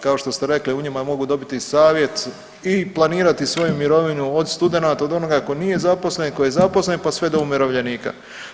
Kao što ste rekli, u njima mogu dobiti savjet i planirati svoju mirovinu, od studenata, od onoga tko nije zaposlen, tko je zaposlen pa sve do umirovljenika.